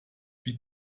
wie